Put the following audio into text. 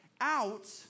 out